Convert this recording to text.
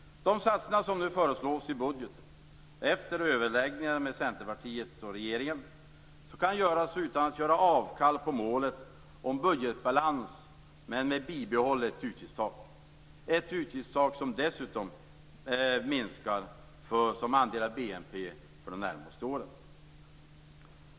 De satsningar som nu föreslås i budgeten, efter överläggningar mellan Centerpartiet och regeringen, kan göras utan att göra avkall på att nå målet om budgetbalans med bibehållet utgiftstak, ett utgiftstak som dessutom minskar som andel av BNP för de närmaste åren.